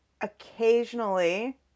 occasionally